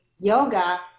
yoga